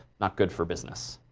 not good for business.